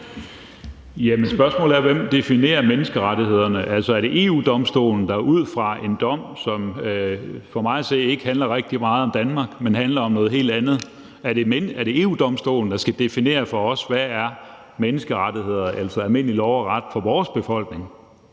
der definerer menneskerettighederne. Altså, er det EU-Domstolen, der ud fra en dom, som for mig at se ikke handler særlig meget om Danmark, men handler om noget helt andet? Er det EU-Domstolen, der skal definere for os, hvad der er menneskerettigheder, altså almindelig lov og ret, for vores befolkning?